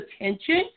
attention